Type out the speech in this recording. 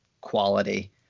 quality